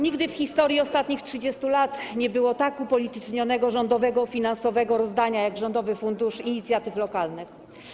Nigdy w historii ostatnich 30 lat nie było tak upolitycznionego rządowego finansowego rozdania jak w przypadku Rządowego Funduszu Inicjatyw Lokalnych.